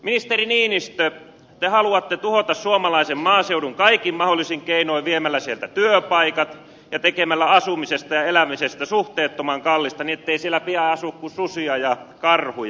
ministeri niinistö te haluatte tuhota suomalaisen maaseudun kaikin mahdollisin keinoin viemällä sieltä työpaikat ja tekemällä asumisesta ja elämisestä suhteettoman kallista niin ettei siellä pian asu kuin susia ja karhuja